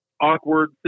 awkward